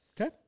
Okay